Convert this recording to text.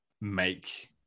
make